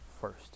first